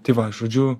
tai va žodžiu